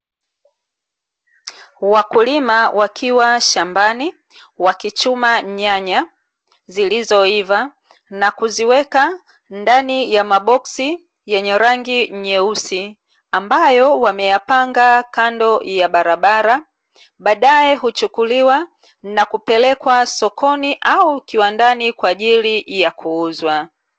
Wakulima wakiwa shambani wakichuma nyanya zilizoiva na kuziweka ndani ya maboksi yenye rangi nyeusi ambayo wameyapanga kando ya barabara, baadae huchukuliwa na kupelekwa sokoni au kiwandani kwa ajili ya kuuzwa.